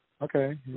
Okay